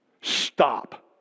Stop